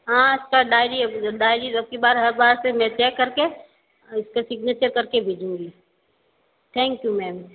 हाँ इसका diary diary अबकी बार हर बार से मैं चेक करके इसके सिग्नेचर करके भेजूंगी थैंक यू मैम